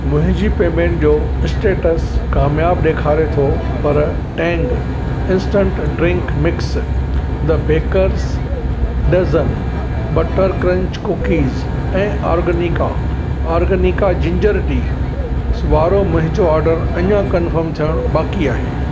मुंहिंजी पेमेंट जो स्टेटस कामयाबु ॾेखारे थो पर Tang instant drink mix the bakers dozen butter crunch cookies ऐं ऑर्गनिका आर्गेनिका जिंजर टी वारो मुंहिंजो ऑर्डर अञां कन्फर्म थियणु बाक़ी आहे